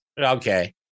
Okay